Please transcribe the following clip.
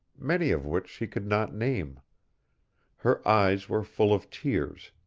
many of which she could not name her eyes were full of tears.